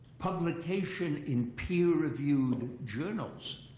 publication in peer reviewed journals,